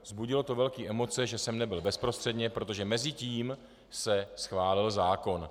Vzbudilo to velké emoce, že jsem nebyl bezprostředně, protože mezitím se schválil zákon.